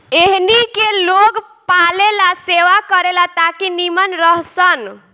एहनी के लोग पालेला सेवा करे ला ताकि नीमन रह सन